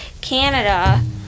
Canada